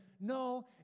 no